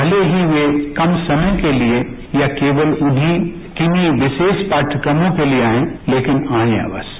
भले ही वे कम समय के लिए या केवल उन्हीं के लिए विशेष पाठ्यक्रमों के लिए आएं लेकिन आएं अवश्य